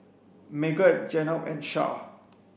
Megat Jenab and Shah